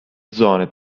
zone